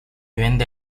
vende